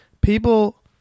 people